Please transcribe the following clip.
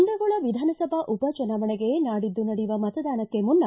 ಕುಂದಗೋಳ ವಿಧಾನಸಭಾ ಉಪಚುನಾವಣೆಗೆ ನಾಡಿದ್ದು ನಡೆಯುವ ಮತದಾನಕ್ಕೆ ಮುನ್ನ